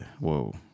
Whoa